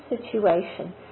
situation